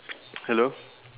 hello